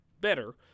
better